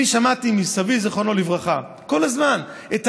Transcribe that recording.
אני שמעתי מסבי, זיכרונו לברכה, כל הזמן על היחס.